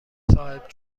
صاحب